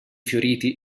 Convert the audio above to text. fioriti